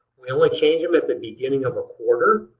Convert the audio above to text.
we only change them at the beginning of a quarter,